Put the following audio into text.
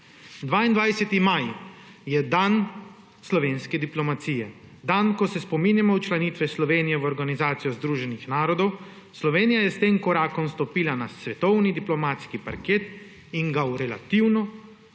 22. maj je dan slovenske diplomacije, dan, ko se spominjamo včlanitve Slovenije v Organizacijo združenih narodov, Slovenija je s tem korakom stopila na svetovni diplomatski parket in ga v relativno